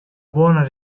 buona